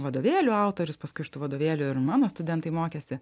vadovėlių autorius paskui iš tų vadovėlių ir mano studentai mokėsi